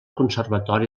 conservatori